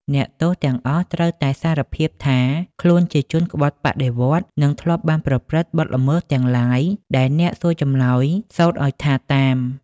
អ្នកទោសទាំងអស់ត្រូវតែសារភាពថាខ្លួនគឺជាជនក្បត់បដិវត្តន៍ និងធ្លាប់បានប្រព្រឹត្តបទល្មើសទាំងឡាយ ដែលអ្នកសួរចម្លើយសូត្រអោយថាតាម ។